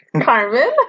carmen